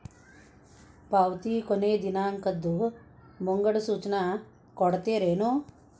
ಪಾವತಿ ಕೊನೆ ದಿನಾಂಕದ್ದು ಮುಂಗಡ ಸೂಚನಾ ಕೊಡ್ತೇರೇನು?